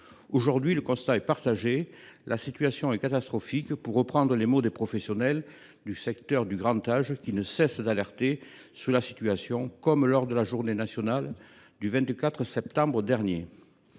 Aujourd’hui, le constat est partagé : la situation est catastrophique, pour reprendre les mots des professionnels du secteur du grand âge, qui ne cessent de lancer des alertes sur la situation, comme lors de la journée nationale du 24 septembre dernier.